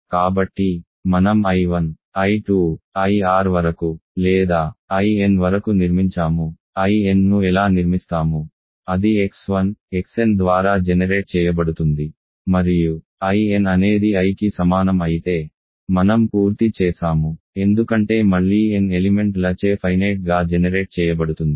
కాబట్టి మనం I1 I2 Ir వరకు లేదా In వరకు నిర్మించాము In ను ఎలా నిర్మిస్తాము అది x1 xn ద్వారా జెనెరేట్ చేయబడుతుంది మరియు In అనేది Iకి సమానం అయితే మనం పూర్తి చేసాము ఎందుకంటే మళ్ళీ n ఎలిమెంట్ ల చే ఫైనేట్ గా జెనెరేట్ చేయబడుతుంది